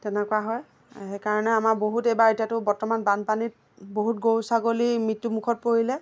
তেনেকুৱা হয় সেইকাৰণে আমাৰ বহুত এইবাৰ এতিয়াতো বৰ্তমান বানপানীত বহুত গৰু ছাগলী মৃত্যুমুখত পৰিলে